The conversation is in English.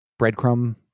breadcrumb